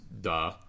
duh